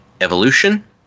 Evolution